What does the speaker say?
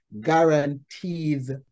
guarantees